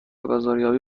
بازاریابی